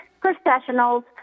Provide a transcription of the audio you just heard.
professionals